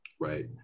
right